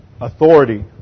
authority